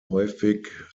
häufig